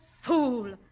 fool